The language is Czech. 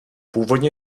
původně